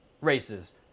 races